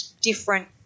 different